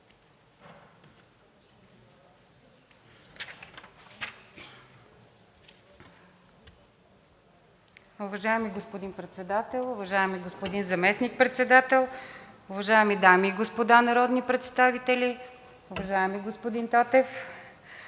Уважаеми господин Председател, уважаеми господин Заместник-председател, уважаеми дами и господа народни представители! Уважаеми господин Тотев,